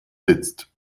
sitzt